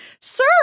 Sir